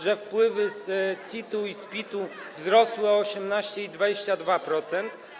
że wpływy z CIT-u i z PIT-u wzrosły o 18 i 22%.